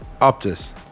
Optus